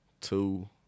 two